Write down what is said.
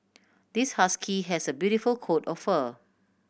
this husky has a beautiful coat of fur